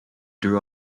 drew